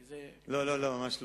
לא, ממש לא.